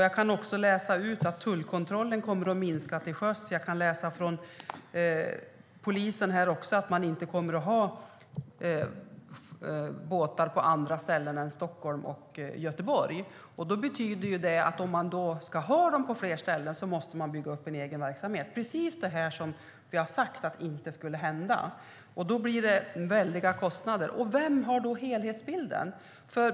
Jag kan också läsa ut att tullkontrollen kommer att minska till sjöss. Jag kan vidare läsa i polisens redogörelse att man inte kommer att ha båtar på andra ställen än i Stockholm och Göteborg. Det betyder att om det ska finnas båtar på fler ställen måste man bygga upp en egen verksamhet, precis det som vi har sagt inte skulle få hända. Då blir det väldiga kostnader. Vem har helhetsbilden?